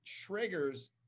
triggers